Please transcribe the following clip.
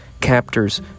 captors